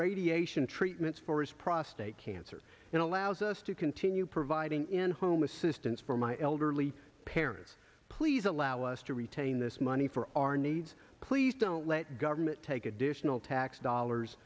radiation treatments for his prostate cancer it allows us to continue providing in home assistance for my elderly parents please allow us to retain this money for our needs please don't let government take additional tax dollars